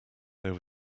there